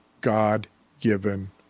God-given